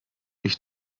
ich